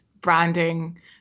branding